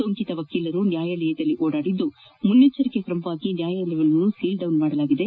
ಸೋಂಕಿತ ವಕೀಲರು ನ್ಯಾಯಾಲಯದಲ್ಲಿ ಓಡಾಡಿದ್ದು ಮುಂಜಾಗ್ರತಾ ಕ್ರಮವಾಗಿ ನ್ಯಾಯಾಲಯವನ್ನು ಸೀಲ್ಡೌನ್ ಮಾಡಲಾಗಿದೆ